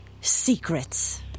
Secrets